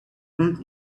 built